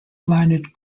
blinded